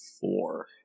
four